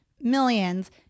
millions